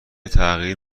تغییر